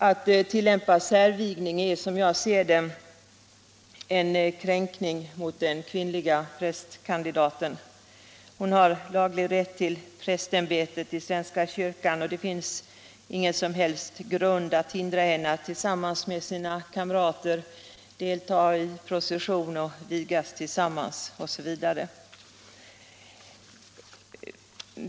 Att tillämpa särvigning är, som jag ser det, en kränkning av den kvinnliga prästkandidaten. Hon har laglig rätt till prästämbetet i svenska kyrkan, och det finns ingen som helst grund att hindra henne att tillsammans med sina kamrater delta i procession, vigas osv.